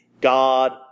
God